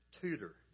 tutor